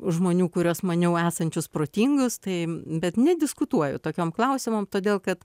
žmonių kuriuos maniau esančius protingus tai bet nediskutuoju tokiom klausimam todėl kad